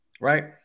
right